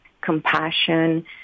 compassion